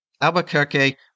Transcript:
Albuquerque